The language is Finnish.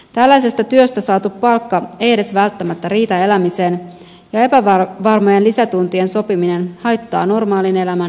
tällaisesta työstä saatu palkka ei edes välttämättä riitä elämiseen ja epävarmojen lisätuntien sopiminen haittaa normaalin elämän ja tulevaisuuden suunnittelua